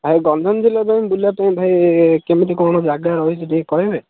ଆଉ ଗଞ୍ଜାମ ଜିଲ୍ଲା ପାଇଁ ବୁଲିବା ପାଇଁ ଭାଇ କେମିତି କ'ଣ ଯାଗା ରହିଛି ଟିକେ କହିବେ